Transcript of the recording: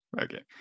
Okay